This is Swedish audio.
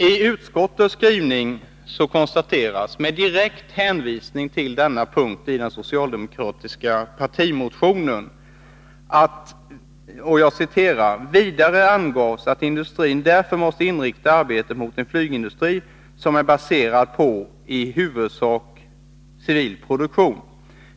I utskottets skrivning konstateras med hänvisning till denna punkt i den socialdemokratiska partimotionen följande: ”Vidare angavs att industrin därför måste inrikta arbetet mot en flygindustri som är baserad på i huvudsak civil produktion.